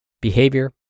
behavior